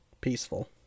Peaceful